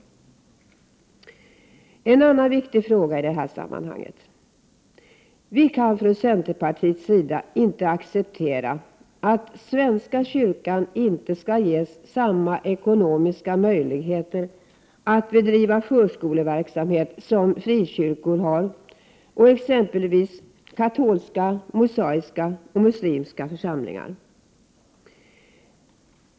Jag vill också ta upp en annan viktig fråga i detta sammanhang. Vi kan från centerpartiets sida inte acceptera att svenska kyrkan inte skall ges samma ekonomiska möjligheter att bedriva förskoleverksamhet som frikyrkor och exempelvis katolska, mosaiska och muslimska församlingar har.